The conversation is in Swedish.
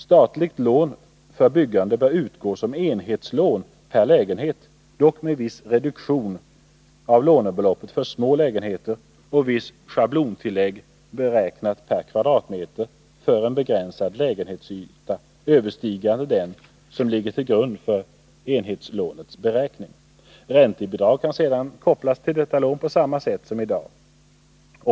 Statligt lån för byggande bör utgå som enhetslån per lägenhet, dock med viss reduktion av lånebeloppet för små lägenheter och visst schablontillägg beräknat per kvadratmeter för en begränsad lägenhetsyta överstigande den som ligger till grund för enhetslånets beräkning. Räntebidrag kan sedan kopplas till detta lån på samma sätt som i dag.